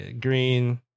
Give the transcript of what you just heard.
green